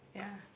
ya